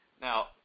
Now